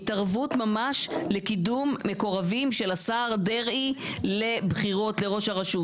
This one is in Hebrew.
התערבות ממש לקידום מקורבים של השר דרעי לבחירות לראש הרשות